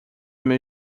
meu